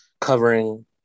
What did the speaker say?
covering